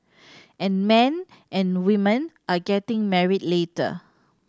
and men and women are getting married later